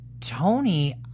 Tony